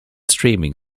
streaming